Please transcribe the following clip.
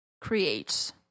creates